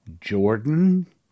Jordan